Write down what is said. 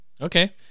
Okay